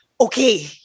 okay